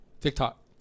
TikTok